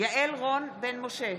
יעל רון בן משה,